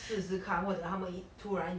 试试看或者他们会突然